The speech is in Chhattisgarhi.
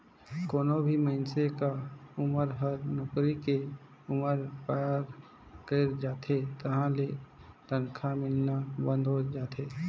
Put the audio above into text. कोनो भी मइनसे क उमर हर नउकरी के उमर ल पार कइर जाथे तहां ले तनखा मिलना बंद होय जाथे